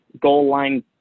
goal-line